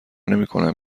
نمیکنم